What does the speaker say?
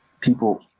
people